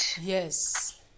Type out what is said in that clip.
Yes